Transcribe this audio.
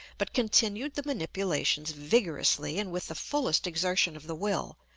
but continued the manipulations vigorously, and with the fullest exertion of the will,